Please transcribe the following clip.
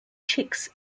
chicks